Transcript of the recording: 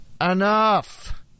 Enough